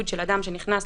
התש"ף-2020